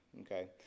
okay